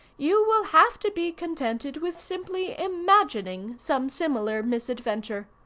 you will have to be contented with simply imagining some similar misadventure.